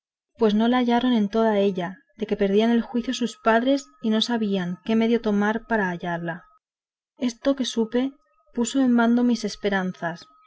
pues no la hallaron en toda ella de que perdían el juicio sus padres y no sabían qué medio se tomar para hallarla esto que supe puso en bando mis esperanzas